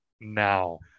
now